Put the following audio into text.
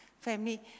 family